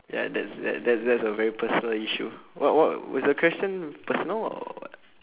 ya that's that's that's that's a very personal issue what what is the question personal or what